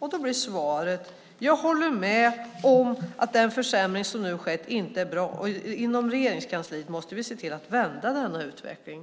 Då blir svaret: Jag håller med om att den försämring som nu har skett inte är bra, och inom Regeringskansliet måste vi se till att vända denna utveckling.